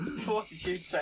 Fortitude